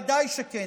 בוודאי שכן.